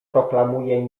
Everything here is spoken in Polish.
proklamuje